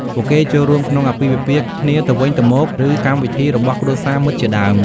ពួកគេចូលរួមក្នុងអាពាហ៍ពិពាហ៍គ្នាទៅវិញទៅមក ឬកម្មវិធីរបស់គ្រួសារមិត្តជាដើម។។